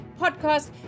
podcast